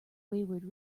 wayward